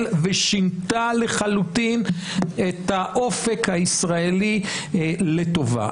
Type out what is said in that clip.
ושינתה לחלוטין את האופק הישראלי לטובה.